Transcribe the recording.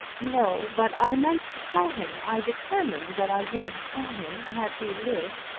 no but i meant to tell him. i determined that i would tell him had he lived.